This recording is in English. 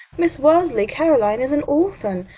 miss worsley, caroline, is an orphan.